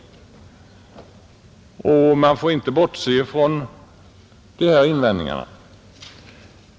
Man får alltså inte bortse från dessa invändningar.